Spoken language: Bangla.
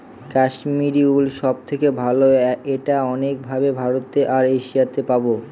কাশ্মিরী উল সব থেকে ভালো এটা অনেক ভাবে ভারতে আর এশিয়াতে পাবো